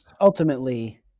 ultimately